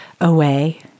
away